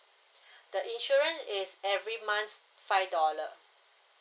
the insurance is every month five dollar